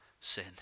sin